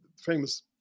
famous